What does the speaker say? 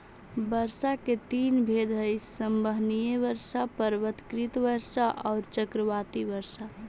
वर्षा के तीन भेद हई संवहनीय वर्षा, पर्वतकृत वर्षा औउर चक्रवाती वर्षा